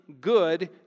good